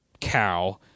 cow